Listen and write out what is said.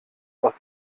aus